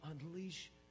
unleash